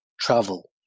travel